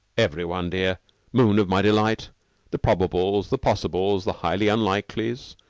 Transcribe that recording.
every one, dear moon-of-my-delight the probables, the possibles, the highly unlikelies,